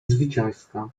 zwycięska